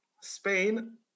Spain